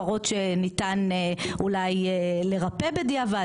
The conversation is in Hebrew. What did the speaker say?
יש הפרות שניתן אולי לרפא בדיעבד,